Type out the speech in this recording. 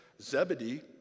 Zebedee